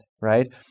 right